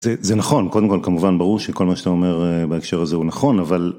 זה נכון קודם כל, כמובן, ברור שכל מה שאתה אומר בהקשר הזה הוא נכון אבל.